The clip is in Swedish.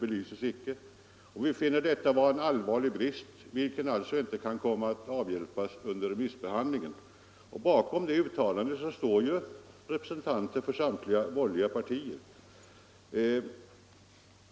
Vi finner detta vara en allvarlig brist, vilken alltså kan komma att avhjälpas under remissbehandlingen. Bakom uttalandet står representanter för samtliga borgerliga partier.